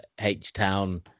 H-Town